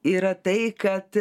yra tai kad